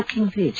ಮುಖ್ಯಮಂತ್ರಿ ಎಚ್